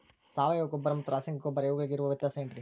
ಸಾವಯವ ಗೊಬ್ಬರ ಮತ್ತು ರಾಸಾಯನಿಕ ಗೊಬ್ಬರ ಇವುಗಳಿಗೆ ಇರುವ ವ್ಯತ್ಯಾಸ ಏನ್ರಿ?